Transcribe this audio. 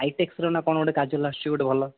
ଆଇଟେକ୍ସ୍ର ନା କ'ଣ ଗୋଟେ କାଜଲ୍ ଆସୁଛି ଗୋଟେ ଭଲ